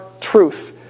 truth